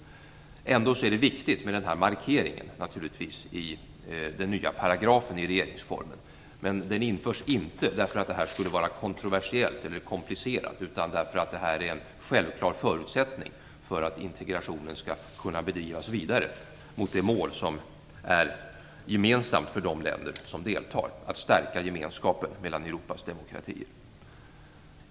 Ändå är det naturligtvis viktigt med denna markering i den nya paragrafen i regeringsformen. Men den införs inte därför att det här skulle vara kontroversiellt eller komplicerat, utan därför att det här är en självklar förutsättning för att integrationen skall kunna bedrivas vidare mot det mål som är gemensamt för de länder som deltar: att stärka gemenskapen mellan Europas demokratier.